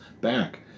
back